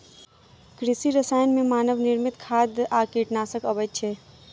कृषि रसायन मे मानव निर्मित खाद आ कीटनाशक अबैत अछि